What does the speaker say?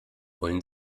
wollen